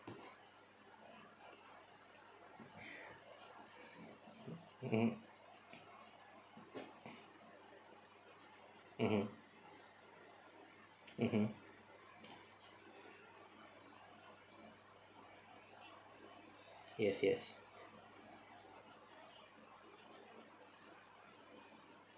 mmhmm mmhmm mmhmm yes yes